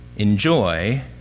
Enjoy